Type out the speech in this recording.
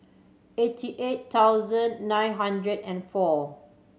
eighty eight thousand nine hundred and four